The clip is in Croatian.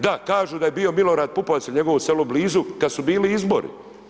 Da, kažu da je bio Milorad Pupovac jer je njegovo selo blizu kad su bili izbori.